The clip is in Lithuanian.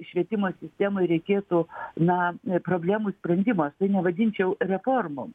švietimo sistemai reikėtų na problemų sprendimas tai nevadinčiau reformom